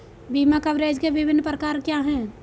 बीमा कवरेज के विभिन्न प्रकार क्या हैं?